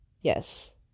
yes